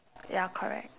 ya correct